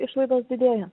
išlaidos didėja